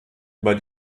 über